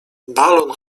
balon